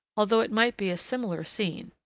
although it might be a similar scene.